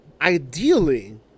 ideally